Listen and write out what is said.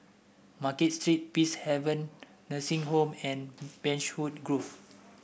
Market Street Peacehaven Nursing Home and Beechwood Grove